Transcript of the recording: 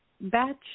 batch